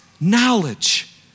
knowledge